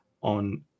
on